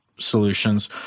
solutions